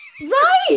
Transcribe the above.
right